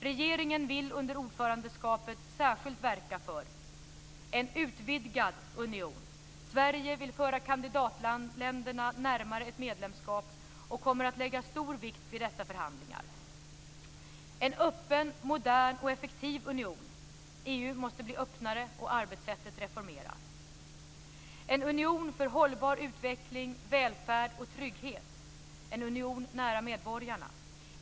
Regeringen vill under ordförandeskapet särskilt verka för - en utvidgad union. Sverige vill föra kandidatländerna närmare ett medlemskap och kommer att lägga stor vikt vid dessa förhandlingar. - en öppen, modern och effektiv union. EU måste bli öppnare och arbetssättet reformeras. - en union för hållbar utveckling, välfärd och trygghet - en union nära medborgarna.